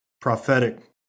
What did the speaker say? prophetic